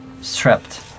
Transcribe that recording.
strapped